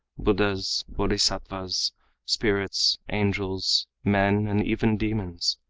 buddhas, bodhisattvas, spirits, angels, men and even demons.